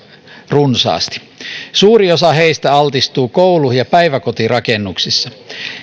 runsaasti suuri osa heistä altistuu koulu ja päiväkotirakennuksissa